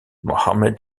mohamed